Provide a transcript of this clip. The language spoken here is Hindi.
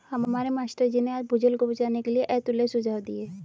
हमारे मास्टर जी ने आज भूजल को बचाने के लिए अतुल्य सुझाव दिए